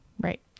Right